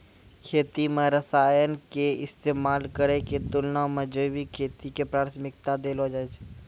खेती मे रसायन के इस्तेमाल करै के तुलना मे जैविक खेती के प्राथमिकता देलो जाय छै